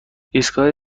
ایستگاه